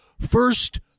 first